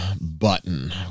button